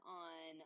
on